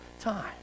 time